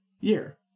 year